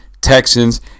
Texans